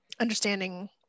understanding